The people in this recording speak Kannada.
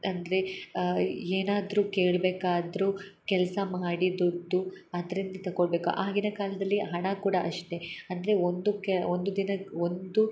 ಅಂದರೆ ಏನಾದರು ಕೇಳ್ಬೇಕಾದರೂ ಕೆಲಸ ಮಾಡಿ ದುಡ್ದು ಅದ್ರಿಂದ ತಕೊಳ್ಬೇಕು ಆಗಿನ ಕಾಲದಲ್ಲಿ ಹಣ ಕೂಡ ಅಷ್ಟೆ ಅಂದರೆ ಒಂದಕ್ಕೆ ಒಂದು ದಿನ ಒಂದು